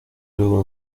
luego